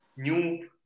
new